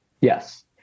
Yes